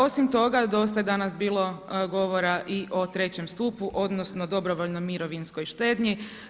Osim toga dosta je danas bilo govora i o trećem stupu odnosno dobrovoljnoj mirovinskoj štednji.